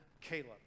Caleb